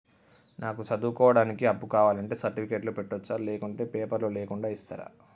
నాకు చదువుకోవడానికి అప్పు కావాలంటే సర్టిఫికెట్లు పెట్టొచ్చా లేకుంటే పేపర్లు లేకుండా ఇస్తరా?